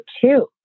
two